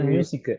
Music